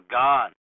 gone